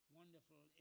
wonderful